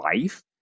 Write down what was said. life